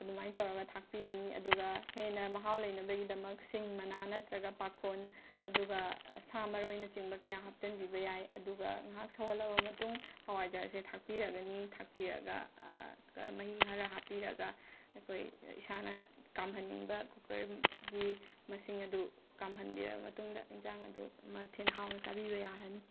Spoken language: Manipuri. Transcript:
ꯑꯗꯨꯃꯥꯏꯅ ꯇꯧꯔꯒ ꯊꯥꯛꯄꯤꯔꯅꯤ ꯑꯗꯨꯒ ꯍꯦꯟꯅ ꯃꯍꯥꯎ ꯂꯩꯅꯕꯩꯗꯃꯛ ꯁꯤꯡ ꯃꯅꯥ ꯅꯠꯇ꯭ꯔꯒ ꯄꯥꯈꯣꯟ ꯑꯗꯨꯒ ꯁꯥ ꯃꯔꯣꯏꯅꯆꯤꯡꯕ ꯀꯌꯥ ꯍꯥꯞꯆꯤꯟꯕꯤꯕ ꯌꯥꯏ ꯑꯗꯨꯒ ꯉꯥꯏꯍꯥꯛ ꯁꯧꯍꯜꯂꯕ ꯃꯇꯨꯡ ꯍꯋꯥꯏꯖꯥꯔꯁꯦ ꯊꯥꯛꯄꯤꯔꯒꯅꯤ ꯊꯥꯛꯄꯤꯔꯒ ꯀ ꯃꯍꯤ ꯈꯔ ꯍꯥꯞꯄꯤꯔꯒ ꯑꯩꯈꯣꯏ ꯏꯁꯥꯅ ꯀꯥꯝꯍꯟꯅꯤꯡꯕ ꯀꯨꯀꯔꯒꯤ ꯃꯁꯤꯡ ꯑꯗꯨ ꯀꯥꯝꯍꯟꯕꯤꯔꯕ ꯃꯇꯨꯡꯗ ꯏꯟꯁꯥꯡ ꯑꯗꯨ ꯃꯊꯦꯜ ꯍꯥꯎꯅ ꯆꯥꯕꯤꯕ ꯌꯥꯔꯅꯤ